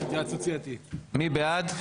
מי בעד?